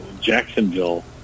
jacksonville